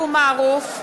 מערוף,